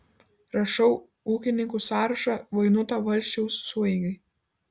rašau ūkininkų sąrašą vainuto valsčiaus sueigai